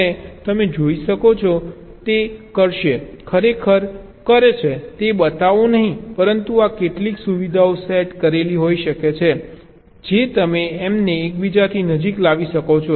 હવે તમે જોઈ શકો છો કે તે કરશે આ ખરેખર કરે છે તે બતાવો નહીં પરંતુ આ કેટલીક સુવિધાઓ સેટ કરેલી હોઈ શકે છે જે તમે તેમને એકબીજાની નજીક લાવી શકો છો